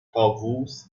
طاووس